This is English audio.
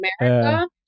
America